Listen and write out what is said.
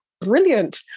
Brilliant